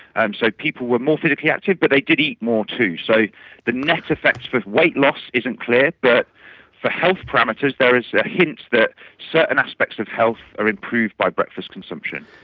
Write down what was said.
um so like people were more physically active, but they did eat more too. so the net effects with weight loss isn't clear, but for health parameters there is a hint that certain aspects of health are improved by breakfast consumption.